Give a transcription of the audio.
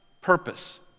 purpose